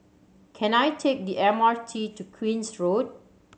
can I take the M R T to Queen's Road